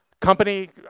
company